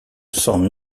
cents